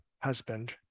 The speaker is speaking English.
husband